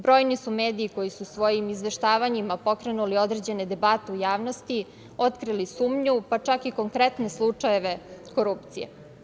Brojni su mediji koji su svojim izveštavanjima pokrenuli određene debate u javnosti, otkrili sumnju, pa čak i konkretne slučajeve korupcije.